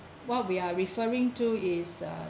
what we are referring to is uh